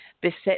Beset